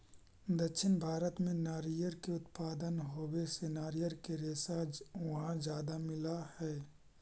दक्षिण भारत में नारियर के उत्पादन होवे से नारियर के रेशा वहाँ ज्यादा मिलऽ हई